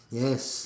yes